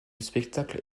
spectacle